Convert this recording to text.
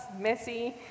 messy